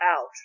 out